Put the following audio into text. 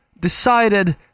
decided